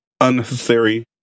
unnecessary